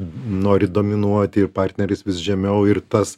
nori dominuoti ir partneris vis žemiau ir tas